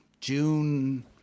June